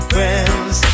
Friends